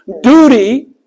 duty